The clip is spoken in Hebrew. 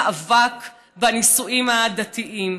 מאבק בנישואים הדתיים.